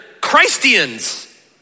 Christians